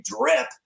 drip